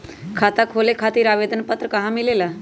खाता खोले खातीर आवेदन पत्र कहा मिलेला?